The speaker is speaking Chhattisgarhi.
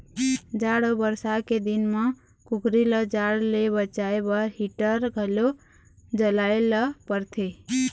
जाड़ अउ बरसा के दिन म कुकरी ल जाड़ ले बचाए बर हीटर घलो जलाए ल परथे